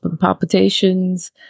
palpitations